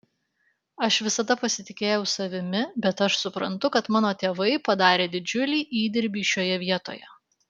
aš visada pasitikėjau savimi bet aš suprantu kad mano tėvai padarė didžiulį įdirbį šioje vietoje